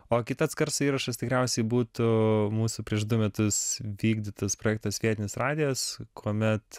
o kitas garso įrašas tikriausiai būtų mūsų prieš du metus vykdytas projektas vietinis radijas kuomet